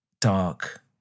dark